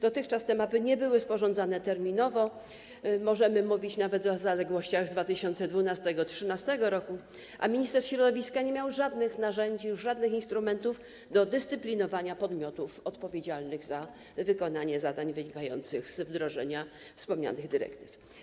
Dotychczas te mapy nie były sporządzane terminowo - możemy mówić nawet o zaległościach z 2012 r. i 2013 r. - a minister środowiska nie miał żadnych narzędzi, żadnych instrumentów do dyscyplinowania podmiotów odpowiedzialnych za wykonanie zadań wynikających z wdrożenia wspomnianych dyrektyw.